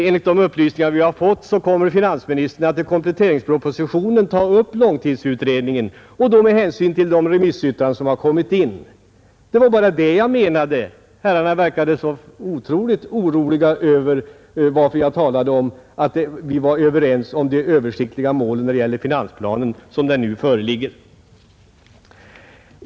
Enligt de upplysningar vi fått kommer finansministern att i kompletteringspropositionen behandla långtidsutredningen med hänsyn till de remissyttranden som då inkommit. Det var bara detta jag menade. Herrarna verkade så oroade över att jag talade om att vi var överens om ställningstagandet till den grundläggande målsättningen när det gäller finansplanen vilken vi i dag behandlar.